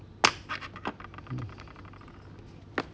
mm